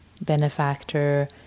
benefactor